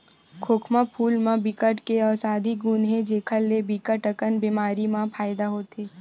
खोखमा फूल म बिकट के अउसधी गुन हे जेखर ले बिकट अकन बेमारी म फायदा होथे